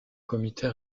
comités